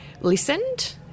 listened